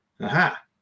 aha